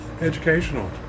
Educational